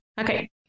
Okay